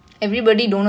mm